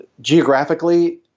geographically